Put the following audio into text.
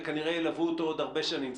לישראל וכנראה ילוו אותו עוד הרבה שנים.